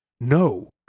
no